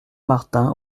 martin